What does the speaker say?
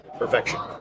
Perfection